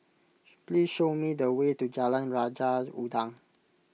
please show me the way to Jalan Raja Udang